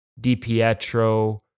DiPietro